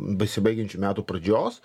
besibaigiančių metų pradžios